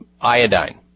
iodine